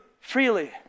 freely